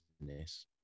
business